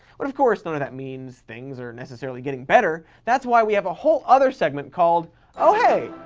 but of course, none of that means things are necessarily getting better. that's why we have a whole other segment called oh, hey.